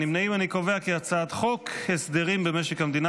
להעביר את הצעת חוק הסדרים במשק המדינה